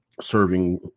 serving